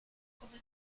come